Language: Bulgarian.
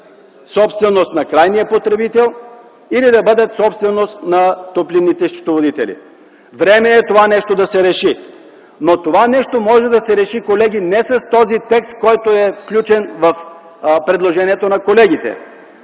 собственост на крайния потребител или да бъдат собственост на топлинните счетоводители. Време е това нещо да се реши, но това нещо може да се реши, колеги, не с този текст, който е включен в предложението на колегите.